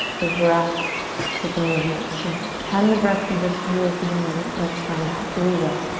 the breath with the movement. so can the breath be the fuel for the movement? let's find out. here we go.